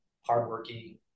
hardworking